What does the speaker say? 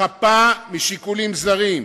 חפה משיקולים זרים,